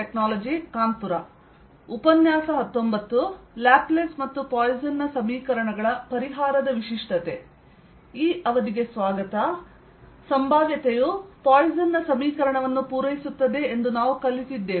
Laplace ಮತ್ತು Poisson ನ ಸಮೀಕರಣಗಳ ಪರಿಹಾರದ ವಿಶಿಷ್ಟತೆ ಸಂಭಾವ್ಯತೆಯು ಪಾಯ್ಸನ್ ನ ಸಮೀಕರಣವನ್ನು ಪೂರೈಸುತ್ತದೆ ಎಂದು ನಾವು ಕಲಿತಿದ್ದೇವೆ